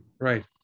Right